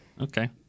Okay